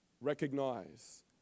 Recognize